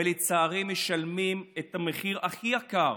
ולצערי משלמים את המחיר הכי יקר